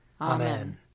Amen